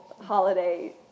holiday